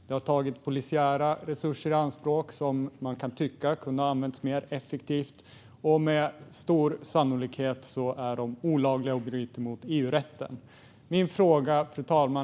Det har tagit polisiära resurser i anspråk som man kan tycka kunde ha använts mer effektivt. Med stor sannolikhet är kontrollerna också olagliga och bryter mot EU-rätten. Fru talman!